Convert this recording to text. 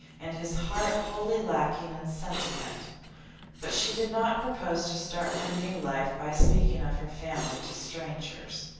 and his heart wholly lacking in sentiment but she did not propose to start her new life by speaking of her family to strangers.